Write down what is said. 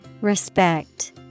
Respect